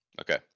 Okay